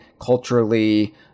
culturally